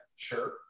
sure